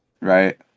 Right